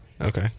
Okay